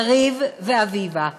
יריב ואביבה,